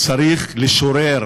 צריך לשורר